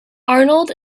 arnold